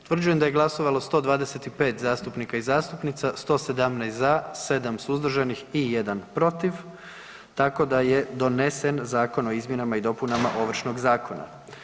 Utvrđujem da je glasovalo 125 zastupnika i zastupnica, 117 za, 7 suzdržanih i 1 protiv, tako da je donesen Zakon o izmjenama i dopunama Ovršnog zakona.